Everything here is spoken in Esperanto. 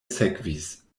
sekvis